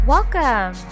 Welcome